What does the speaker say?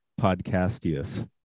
podcastius